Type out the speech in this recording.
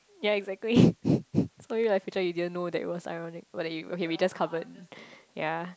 ya exactly so you like you didn't know that it was ironic whether you okay we just covered ya